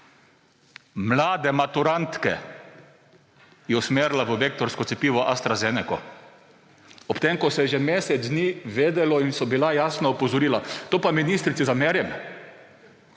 Mlade maturantke je usmerila v vektorsko cepivo AstraZeneca, ob tem ko se je že mesec dni vedelo in so bila jasna opozorila. To pa ministrici zamerim.